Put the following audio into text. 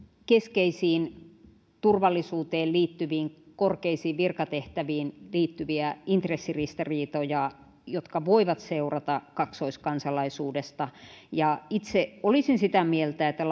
keskeisiin turvallisuuteen liittyviin korkeisiin virkatehtäviin liittyviä intressiristiriitoja jotka voivat seurata kaksoiskansalaisuudesta itse olisin sitä mieltä että